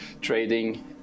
trading